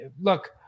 Look